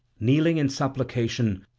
kneeling in supplication,